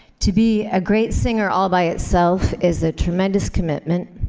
to be a great singer all by itself is a tremendous commitment,